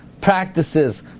practices